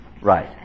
Right